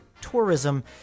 tourism